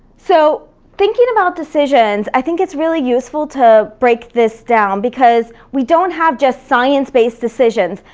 so thinking about decisions, i think it's really useful to break this down because we don't have just science-based decisions,